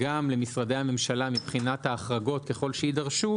וגם למשרדי הממשלה מבחינת ההחרגות ככל שיידרשו,